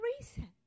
reason